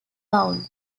bound